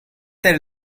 their